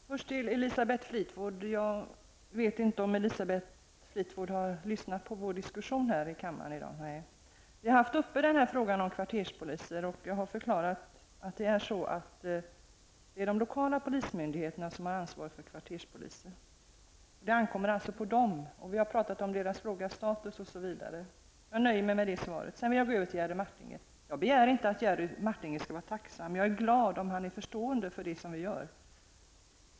Fru talman! Jag vet inte om Elisabeth Fleetwood har lyssnat på vår diskussion här i kammaren i dag. Så är det inte längre. Vi har haft uppe frågan om kvarterspolisen, och jag har förklarat att det är de lokala polismyndigheterna som har ansvar för kvarterspolisen. Det ankommer alltså på dem. Vi har talat om dess låga status osv. Jag nöjer mig med det svaret. Jag begär inte att Jerry Martinger skall vara tacksam. Jag är glad om han är förstående för det som vi gör.